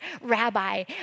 rabbi